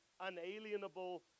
unalienable